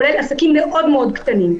כולל עסקים מאוד קטנים.